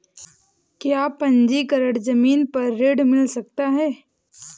क्या पंजीकरण ज़मीन पर ऋण मिल सकता है?